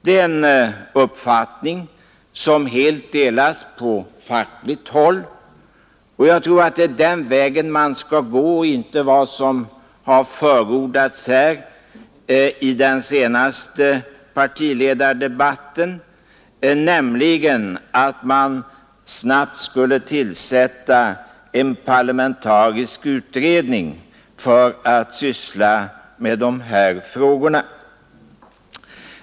Det är en uppfattning som helt delas på fackligt håll, och jag tror att det är den vägen man skall gå och inte den som har förordats här i den senaste partiledardebatten, nämligen att man snabbt skulle kunna tillsätta en parlamentarisk utredning för att syssla med dessa frågor.